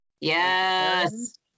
Yes